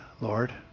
Lord